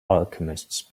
alchemists